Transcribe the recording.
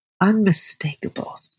Unmistakable